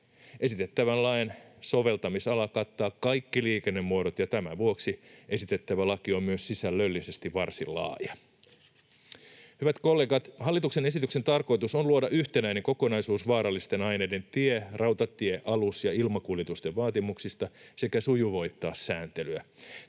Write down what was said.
Esitettävän lain soveltamisala kattaa kaikki liikennemuodot, ja tämän vuoksi esitettävä laki on myös sisällöllisesti varsin laaja. Hyvät kollegat! Hallituksen esityksen tarkoitus on luoda yhtenäinen kokonaisuus vaarallisten aineiden tie-, rautatie-, alus- ja ilmakuljetusten vaatimuksista sekä sujuvoittaa sääntelyä.